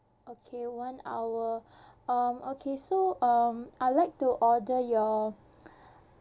okay one hour um okay so um I'll like to order your